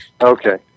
okay